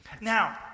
Now